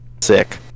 sick